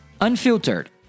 Unfiltered